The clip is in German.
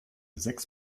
sechs